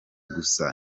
gusa